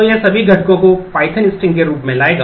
तो यह सभी घटकों को Python स्ट्रिंग के रूप में लाएगा